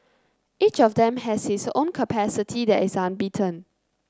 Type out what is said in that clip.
each of them has his own capacity that is unbeaten